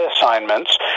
assignments